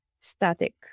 static